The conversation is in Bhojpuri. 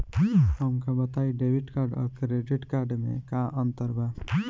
हमका बताई डेबिट कार्ड और क्रेडिट कार्ड में का अंतर बा?